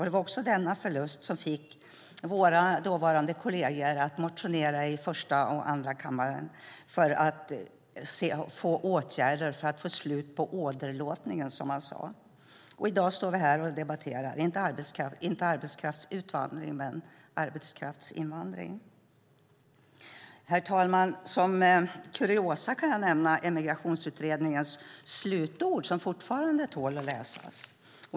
Det var också denna förlust som fick våra dåvarande kolleger att motionera i första och andra kammaren om åtgärder för att få slut på åderlåtningen, som man sade. Och i dag står vi här och debatterar inte arbetskraftsutvandring men arbetskraftsinvandring. Herr talman! Som kuriosa kan jag nämna Emigrationsutredningens slutord som fortfarande tål att läsas.